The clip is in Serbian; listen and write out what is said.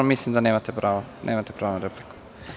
Mislim da nemate pravo na repliku.